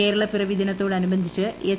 കേര്ളപ്പിറവി ദിനത്തോടനുബന്ധിച്ച് എസ്